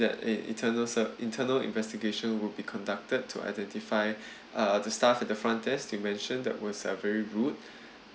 an internal ser~ internal investigation will be conducted to identify uh the staff at the front desk you mentioned that was uh very rude